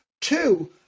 Two